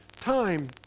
time